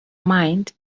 mind